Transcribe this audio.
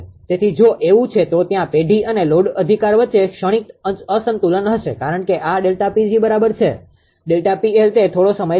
તેથી જો એવું છે તો ત્યાં પેઢી અને લોડ અધિકાર વચ્ચે ક્ષણિક અસંતુલન હશે કારણ કે આ ΔPg બરાબર છે તે થોડો સમય લેશે